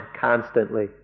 constantly